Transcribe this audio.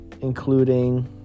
including